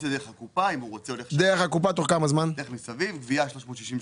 דרך הקופה, גבייה 360 שקלים,